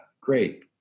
great